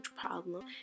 problem